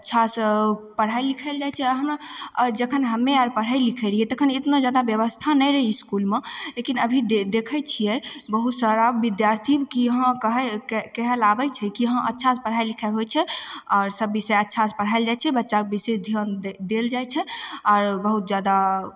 अच्छासे पढ़ाएल लिखाएल जाइ छै हम आओर जखन हमे आओर पढ़ै लिखै रहिए तखन एतना जादा बेबस्था नहि रहै इसकुलमे लेकिन अभी दे देखै छिए बहुत सारा विद्यार्थी कि हाँ कहै कहैले आबै छै कि हाँ अच्छासे पढ़ाइ लिखाइ होइ छै आओर सब विषय अच्छासे पढ़ाएल जाइ छै बच्चाके विशेष धिआन दे देल जाइ छै आओर बहुत जादा